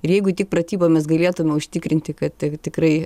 ir jeigu tik pratybomis galėtume užtikrinti kad tikrai